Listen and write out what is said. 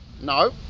No